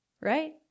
Right